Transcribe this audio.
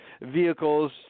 vehicles